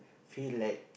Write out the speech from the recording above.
feel like